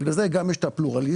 בגלל זה יש גם את הפלורליזם.